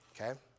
Okay